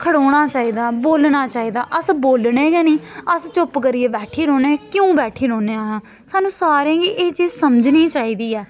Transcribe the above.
खड़ोना चाहिदा बोलना चाहिदा अस बोलने गै निं अस चुप करियै बैठी रौह्न्ने क्यों बैठी रौह्न्ने आं सानूं सारें गी एह् चीज़ समझनी चाहिदी ऐ